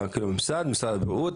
משרד הבריאות,